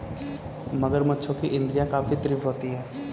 मगरमच्छों की इंद्रियाँ काफी तीव्र होती हैं